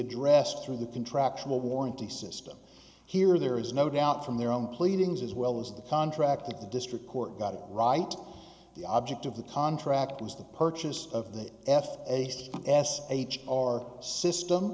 addressed through the contractual warranty system here there is no doubt from their own pleadings as well as the contract that the district court got it right the object of the contract was the purchase of the f a s h r system